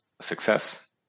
success